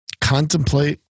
contemplate